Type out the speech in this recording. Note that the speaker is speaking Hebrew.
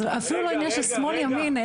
זה אפילו לא עניין של שמאל ימין,